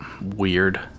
weird